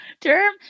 term